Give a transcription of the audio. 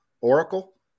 Oracle